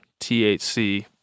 THC